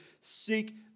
seek